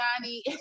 Johnny